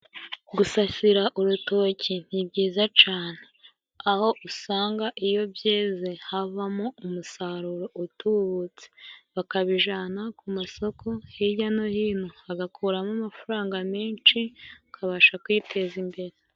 Gusasira urutoki ni byiza cane, aho usanga iyo byeze, havamo umusaruro utubutse, bakabijana ku masoko hirya no hino, bagakuramo amafaranga menshi, akabasha kwiteza imbere.